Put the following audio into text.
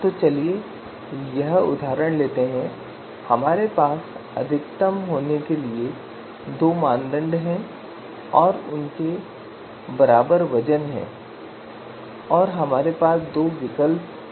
तो चलिए यह उदाहरण लेते हैं हमारे पास अधिकतम होने के लिए 2 मानदंड हैं और उनके बराबर वजन हैं और हमारे पास 2 विकल्प ए और बी हैं